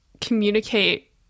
communicate